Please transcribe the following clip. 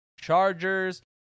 Chargers